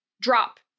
drop